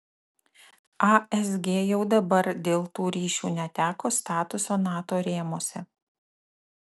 asg jau dabar dėl tų ryšių neteko statuso nato rėmuose